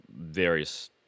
various